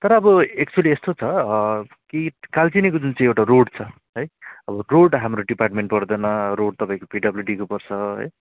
तर अब एक्चुएली यस्तो छ कि कालचिनीको जुन चाहिँ एउटा रोड छ है अब रोड हाम्रो डिपार्टमेन्ट पर्दैन रोड तपाईँको पिडब्लुडीको पर्छ है